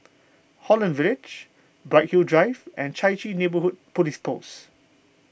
Holland Village Bright Hill Drive and Chai Chee Neighbourhood Police Post